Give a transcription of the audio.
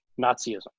Nazism